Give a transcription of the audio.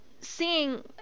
seeing